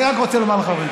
אני רק רוצה לומר לחברים,